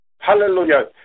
Hallelujah